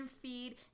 feed